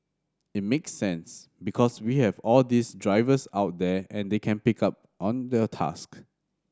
it makes sense because we have all these drivers out there and they can pick up on their task